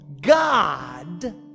God